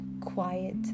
quiet